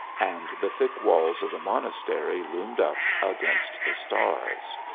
and the thick walls of the monastery loomed up against the stars.